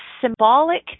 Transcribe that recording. symbolic